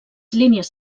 línies